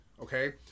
Okay